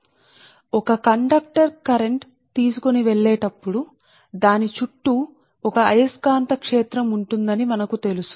సరే కాబట్టి ఒక కండక్టర్ కరెంట్ తీసుకొని వెళ్లుచున్నప్పుడు దాని చుట్టూ ఒక అయస్కాంత క్షేత్రం ఉందని మనకు తెలుసు